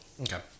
Okay